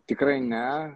tikrai ne